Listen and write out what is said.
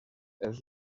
els